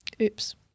Oops